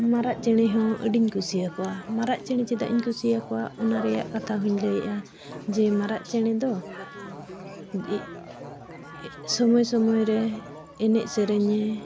ᱢᱟᱨᱟᱜ ᱪᱮᱬᱮ ᱦᱚᱸ ᱟᱹᱰᱤᱧ ᱠᱩᱥᱤᱭᱟᱠᱚᱣᱟ ᱢᱟᱨᱟᱜ ᱪᱮᱬᱮ ᱪᱮᱫᱟᱜ ᱤᱧ ᱠᱩᱥᱤᱭᱟᱠᱚᱣᱟ ᱚᱱᱟ ᱨᱮᱱᱟᱜ ᱠᱟᱛᱷᱟ ᱦᱚᱧ ᱞᱟᱹᱭᱮᱜᱼᱟ ᱡᱮ ᱢᱟᱨᱟᱜ ᱪᱮᱬᱮ ᱫᱚ ᱥᱚᱢᱚᱭ ᱥᱚᱢᱚᱭ ᱨᱮ ᱮᱱᱮᱡ ᱥᱮᱨᱮᱧᱮ